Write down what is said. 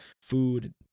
food